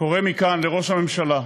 קורא מכאן לראש הממשלה,